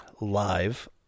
live